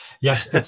Yes